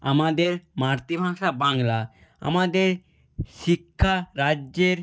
আমাদের মাতৃভাষা বাংলা আমাদের শিক্ষা রাজ্যের